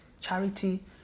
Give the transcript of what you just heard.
charity